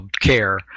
care